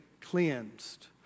cleansed